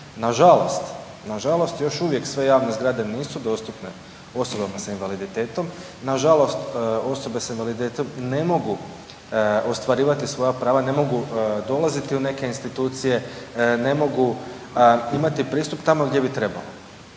nažalost još uvijek sve javne zgrade nisu dostupne osobama s invaliditetom, nažalost osobe s invaliditetom ne mogu ostvarivati svoja prava, ne mogu dolaziti u neke institucije, ne mogu imati pristup tamo gdje bi trebali.